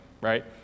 right